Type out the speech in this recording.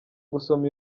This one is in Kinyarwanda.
gusoma